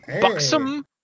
Buxom